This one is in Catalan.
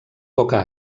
poca